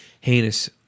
heinous